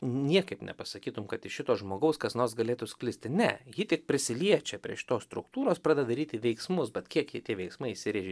niekaip nepasakytum kad iš šito žmogaus kas nors galėtų sklisti ne ji tik prisiliečia prie šitos struktūros pradeda daryti veiksmus bet kiek jie tie veiksmai įsirėžia